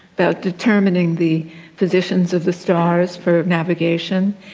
about determining the positions of the stars for navigation,